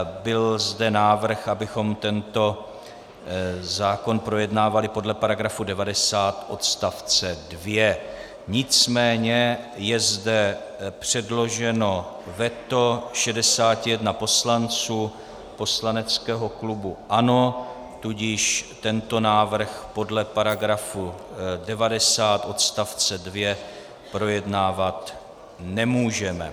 Byl zde návrh, abychom tento zákon projednávali podle § 90 odst. 2, nicméně je zde předloženo veto 61 poslance poslaneckého klubu ANO, tudíž tento návrh podle § 90 odst. 2 projednávat nemůžeme.